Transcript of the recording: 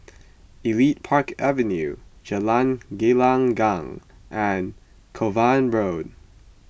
Elite Park Avenue Jalan Gelenggang and Kovan Road